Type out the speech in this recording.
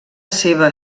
seva